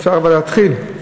אבל אני צריך להתחיל בינתיים.